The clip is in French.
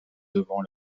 devant